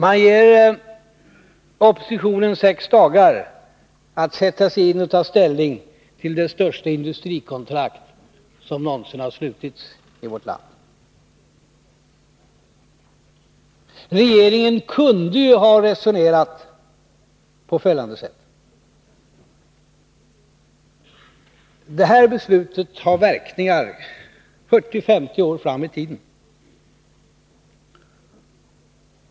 Man ger oppositionen sex dagar att sätta sigin i och ta ställning till det största industrikontrakt som någonsin har slutits i vårt land. Regeringen kunde ha resonerat på följande sätt: Det här beslutet har verkningar 40-50 år framåt i tiden.